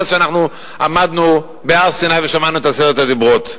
מאז עמדנו בהר-סיני ושמענו את עשרת הדיברות,